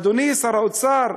אדוני, שר האוצר,